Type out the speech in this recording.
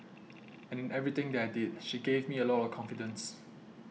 and in everything that I did she gave me a lot of confidence